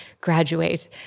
graduate